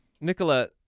Nicola